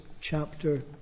chapter